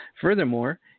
Furthermore